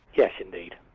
yes, indeed.